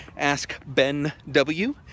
AskBenW